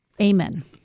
amen